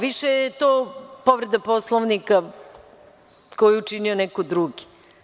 Više je to povreda Poslovnika koju je učinio neko drugi.